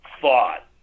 thought